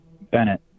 Bennett